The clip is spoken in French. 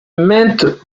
maintes